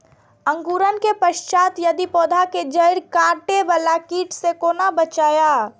अंकुरण के पश्चात यदि पोधा के जैड़ काटे बाला कीट से कोना बचाया?